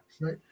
right